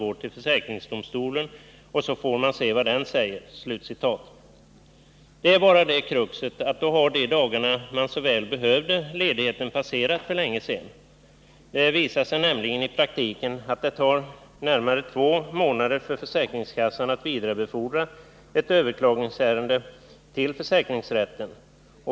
Då kommer försäkringsdomstolarna — de regionala och överdomstolen — att ta ställning, och då får vi se om det behövs någon justering av reglerna.” Det är bara det kruxet att då har de dagar då man så väl behöver ledigheten passerat för länge sedan. Det visar sig nämligen i praktiken att det tar närmare två månader för försäkringskassan att vidarebefordra ett överklagningsärende till försäkringsrätten.